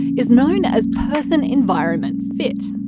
is known as person-environment fit.